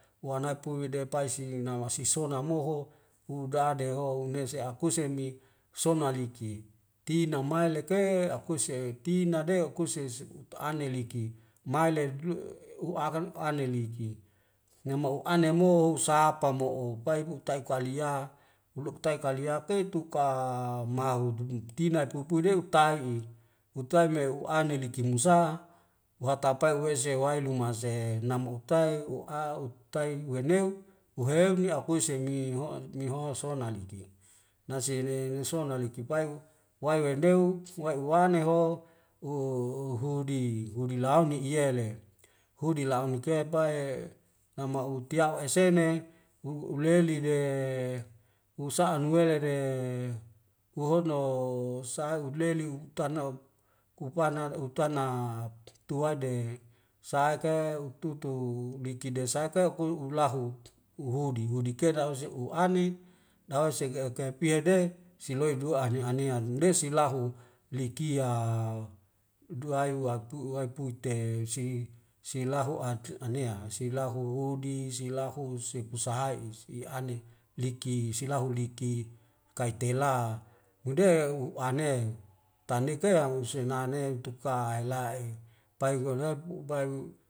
Wanae pui de pai si namasisona moho hudade ho nese akuse mi sona liki tina mai leke akuse tina deu akuse se utu ane liki maile du u akan aleliki nama u'ane mo u sapa mo'o upai kutai kalia uluktai kalia keituka mahu jumbdina pupui leo tai'i hutuaim me u'ane liki musaha uhatapae uwei sehewai luma se he namak utai u' a uktai weneu uheun ni apuise mi ho'o miholsona diki nasede nasoa naliki pae wae wendeu wae uwane ho u uhudi hudi laun ni iyele hudi laun nike pai nama utiaho esene hu'uleli de usa'a nuwele de uhodno sai uleli utanok kupana leutana tuwade saike ututu mekidesaka kul ulahu uhudi hudi kena abis e u anit dawa sege agukai piha de siloi duwa ane anea ndesi lahu likia duwai waktu'u wait puit te si silahu adts anea silahu hudi silahu sepu sahae is i ani liki silahu liki kaitela mude e u ane tandekea u senane i tuka e la'e pai guoanop mu ubai u